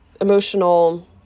emotional